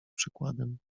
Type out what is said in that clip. przykładem